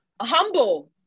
Humble